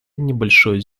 небольшое